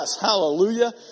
hallelujah